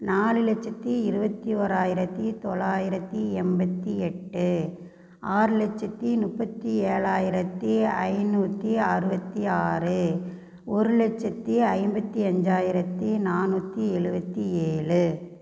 நாலு லட்சத்தி இருபத்தி ஓராயிரத்தி தொள்ளாயிரத்தி எண்பத்தி எட்டு ஆறு லட்சத்தி முப்பத்தி ஏழாயிரத்தி ஐநூற்றி அறுபத்தி ஆறு ஒரு லட்சத்தி ஐம்பத்தி அஞ்சாயிரத்தி நானூற்றி எழுபத்தி ஏழு